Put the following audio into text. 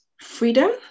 freedom